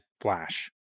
flash